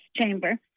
chamber